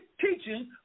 teaching